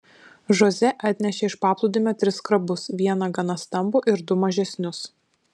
žoze atnešė iš paplūdimio tris krabus vieną gana stambų ir du mažesnius